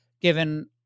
given